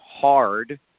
hard